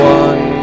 one